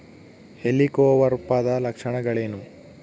ಹೆಲಿಕೋವರ್ಪದ ಲಕ್ಷಣಗಳೇನು?